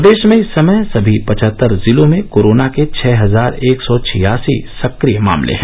प्रदेश में इस समय सभी पचहत्तर जिलों में कोरोना के छः हजार एक सौ छियासी सक्रिय मामले हैं